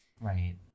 right